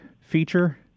feature